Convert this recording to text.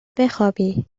بخوابی